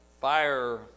fire